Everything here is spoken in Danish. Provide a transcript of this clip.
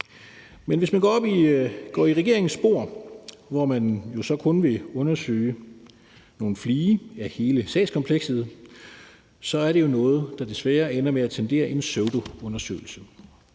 Men hvis man går i regeringens spor, hvor man jo så kun vil undersøge nogle flige af hele sagskomplekset, er det jo noget, der desværre ender med at tendere en pseudoundersøgelse.